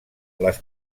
les